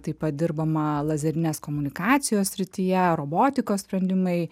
taip pat dirbama lazerinės komunikacijos srityje robotikos sprendimai